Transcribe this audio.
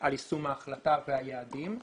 על יישום ההחלטה והיעדים.